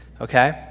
Okay